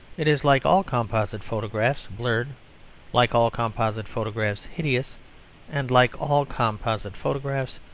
it is like all composite photographs, blurred like all composite photographs, hideous and like all composite photographs,